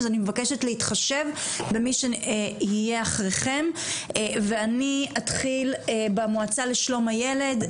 אז אני מבקשת להתחשב במי שיהיה אחריכם ואני אתחיל במועצה לשלום הילד,